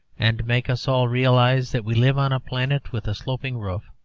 and make us all realize that we live on a planet with a sloping roof,